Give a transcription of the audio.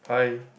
hi